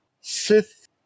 Sith